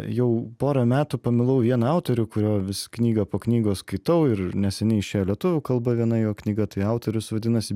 jau porą metų pamilau vieną autorių kurio vis knygą po knygos skaitau ir neseniai išėjo lietuvių kalba viena jo knyga tai autorius vadinasi